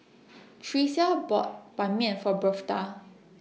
Tricia bought Ban Mian For Birthda